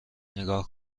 نگاه